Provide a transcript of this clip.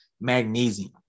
magnesium